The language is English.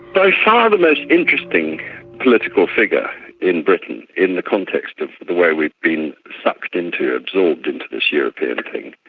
by far the most interesting political figure in britain in the context of the way we've been sucked into, absorbed into this european thing,